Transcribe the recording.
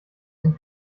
dem